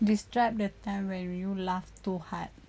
describe a time when you laugh too hard